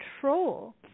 control